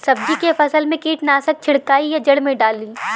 सब्जी के फसल मे कीटनाशक छिड़काई या जड़ मे डाली?